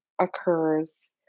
occurs